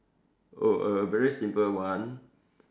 oh a very simple one